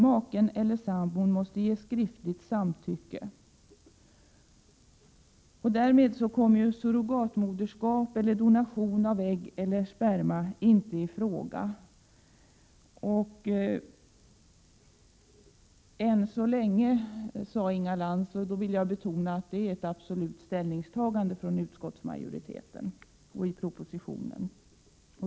Maken eller sambon måste ge ett skriftligt samtycke. Därmed kommer surrogatmoderskap och donation av ägg eller sperma inte i fråga — än så länge, sade Inga Lantz. Då vill jag betona att detta är ett absolut ställningstagande från utskottsmajoriteten och av regeringen.